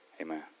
amen